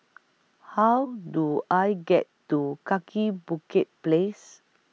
How Do I get to Kaki Bukit Place